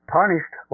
punished